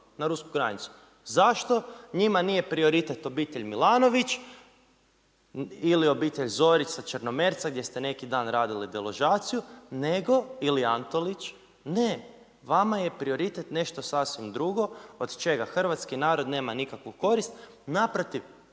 na rusku granicu. Zašto njima nije prioritet obitelj Milanović ili obitelj Zorica iz Črnomerca gdje ste neki dan radili deložaciju, nego, ili Antolić, ne, vama je prioritet nešto sasvim drugo, od čega Hrvatski narod nema nikakvu korist, naprotiv,